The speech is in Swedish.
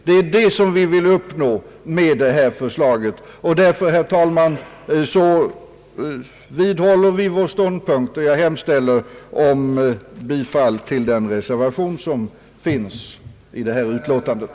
Det är detta vi vill uppnå med det här förslaget. Därför, herr talman, vidhåller vi vår ståndpunkt, och jag hemställer om bifall till den reservation som finns fogad till utlåtandet.